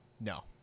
No